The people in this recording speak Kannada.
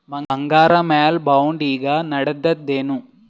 ಬಂಗಾರ ಮ್ಯಾಲ ಬಾಂಡ್ ಈಗ ನಡದದೇನು?